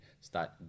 start